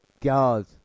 God